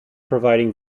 providing